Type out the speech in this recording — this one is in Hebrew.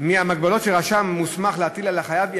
ההגבלות שהרשם מוסמך להטיל על החייב היא